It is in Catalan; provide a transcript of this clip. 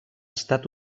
estat